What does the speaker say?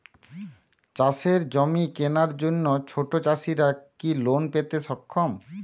চাষের জমি কেনার জন্য ছোট চাষীরা কি লোন পেতে সক্ষম?